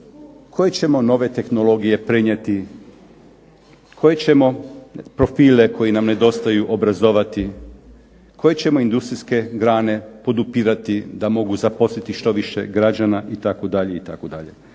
Koje ćemo nove tehnologije prenijeti, koje ćemo profile koji nam nedostaju obrazovati, koje ćemo industrijske grane podupirati da mogu zaposliti što više građana itd., itd.